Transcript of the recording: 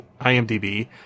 IMDb